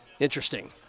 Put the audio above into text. Interesting